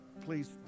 please